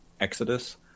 exodus